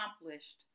accomplished